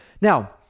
Now